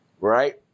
right